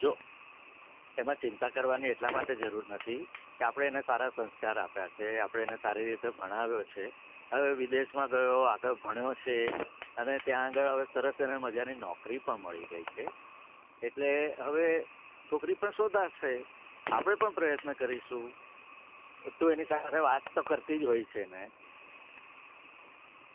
જો એમાં ચિંતા કરવાની એટલા માટે જરૂર નથી કે આપણે એને સારા સંસ્કાર આપ્યા છે આપણે એને સારી રીતે ભણાવ્યો છે હવે વિદેશમાં ગયો આગળ ભણ્યો છે અને ત્યાં આગળ હવે સરસ એને મજાની નોકરી પણ મળી ગઈ છે એટલે હવે છોકરી પણ શોધાશે આપણે પણ પ્રયત્ન કરીશું એ તું એની સાથે વાત તો કરતી જ હોય છે ને